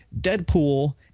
deadpool